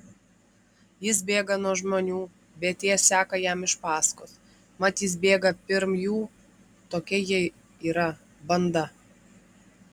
jis bėga nuo žmonių bet tie seka jam iš paskos mat jis bėga pirm jų tokia jie yra banda